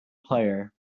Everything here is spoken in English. player